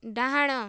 ଡ଼ାହାଣ